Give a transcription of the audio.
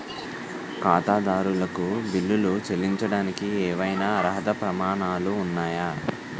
ఖాతాదారులకు బిల్లులు చెల్లించడానికి ఏవైనా అర్హత ప్రమాణాలు ఉన్నాయా?